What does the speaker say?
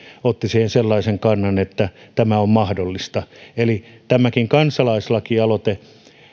otti siihen sellaisen kannan että tämä on mahdollista eli tämäkin kansalaislakialoite